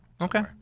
Okay